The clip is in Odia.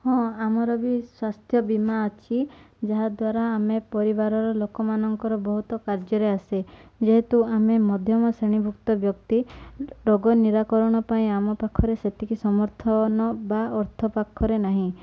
ହଁ ଆମର ବି ସ୍ୱାସ୍ଥ୍ୟ ବୀମା ଅଛି ଯାହାଦ୍ୱାରା ଆମେ ପରିବାରର ଲୋକମାନଙ୍କର ବହୁତ କାର୍ଯ୍ୟରେ ଆସେ ଯେହେତୁ ଆମେ ମଧ୍ୟମ ଶ୍ରେଣୀଭୁକ୍ତ ବ୍ୟକ୍ତି ରୋଗ ନିରାକରଣ ପାଇଁ ଆମ ପାଖରେ ସେତିକି ସମର୍ଥନ ବା ଅର୍ଥ ପାଖରେ ନାହିଁ